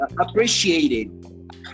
appreciated